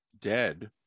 dead